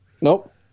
Nope